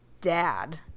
dad